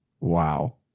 Wow